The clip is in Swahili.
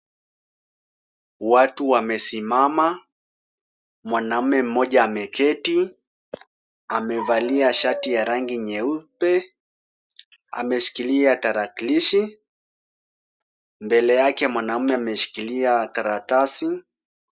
Watu wamesimama. Mwanaume mmoja ameketi. Amevalia shati ya rangi nyeupe. Ameshikilia tarakilishi. Mbele yake mwanaume ameshikilia karatasi.